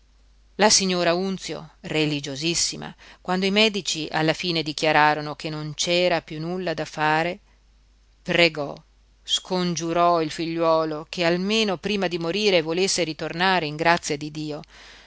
la signora unzio religiosissima quando i medici alla fine dichiararono che non c'era piú nulla da fare pregò scongiurò il figliuolo che almeno prima di morire volesse ritornare in grazia di dio